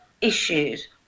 issues